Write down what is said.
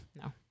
No